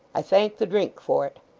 i thank the drink for it.